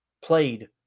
played